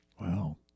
Wow